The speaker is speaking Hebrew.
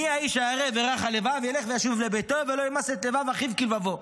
"מי האיש הירא ורך הלבב ילך וישוב לביתו ולא ימס את לבב אחִיו כלבבו".